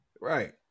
Right